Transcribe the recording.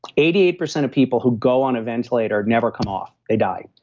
eighty eight percent of people who go on a ventilator never come off. they die.